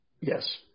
Yes